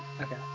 okay